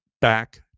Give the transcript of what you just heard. back